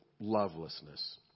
lovelessness